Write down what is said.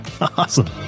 awesome